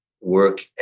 work